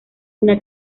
una